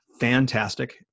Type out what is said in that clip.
fantastic